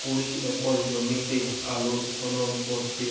কুড়ি একর জমিতে আলুর খনন করতে